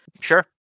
Sure